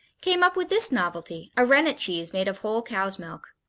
came up with this novelty, a rennet cheese made of whole cow's milk.